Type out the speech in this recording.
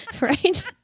Right